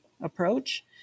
approach